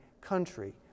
country